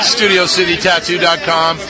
StudioCityTattoo.com